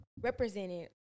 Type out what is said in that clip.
represented